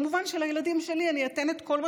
מובן שלילדים שלי אני אתן את כל מה